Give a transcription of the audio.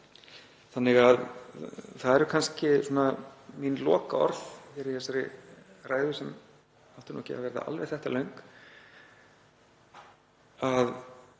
Þannig að það eru kannski mín lokaorð í þessari ræðu, sem átti ekki að verða alveg þetta löng, að